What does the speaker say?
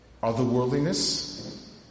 otherworldliness